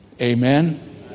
Amen